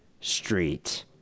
Street